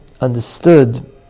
understood